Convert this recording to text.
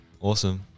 Awesome